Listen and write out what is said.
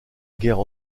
guerre